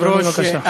בבקשה.